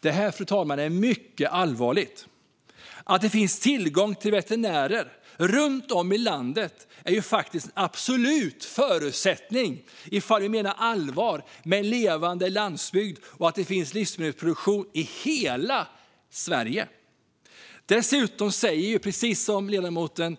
Det är mycket allvarligt, fru talman. Att det finns tillgång till veterinärer runt om i landet är en absolut förutsättning ifall vi menar allvar med att vi ska ha en levande landsbygd och att det ska finnas livsmedelsproduktion i hela Sverige. Dessutom står det, precis som ledamoten